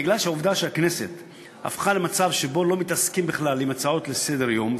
בגלל העובדה שבכנסת נהיה מצב שלא מתעסקים בכלל עם הצעות לסדר-היום,